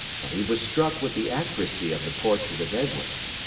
but he was struck with the accuracy of the portrait of edwards.